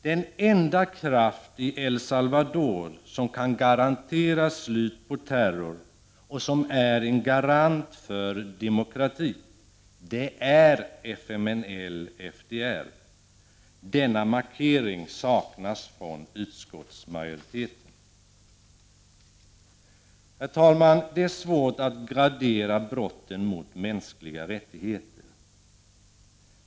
Den enda kraft i El Salvador som kan garantera slut på terror och är en garant för demokrati är FMNL/FDR. Denna markering saknas från utskottsmajoriteten. Herr talman! Det är svårt att gradera brotten mot mänskliga rättigheter.